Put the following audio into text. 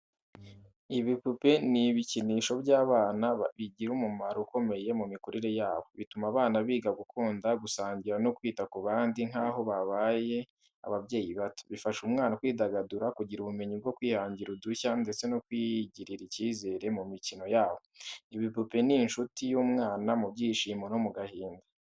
Ibipupe ni ibikinisho by’abana bigira umumaro ukomeye mu mikurire yabo. Bituma abana biga gukunda, gusangira no kwita ku bandi nk’aho babaye ababyeyi bato. Bifasha umwana kwidagadura, kugira ubumenyi bwo kwihangira udushya ndetse no kwigirira icyizere mu mikino yabo. Ibipupe ni inshuti y’umwana mu byishimo no mu gahinda.